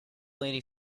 lady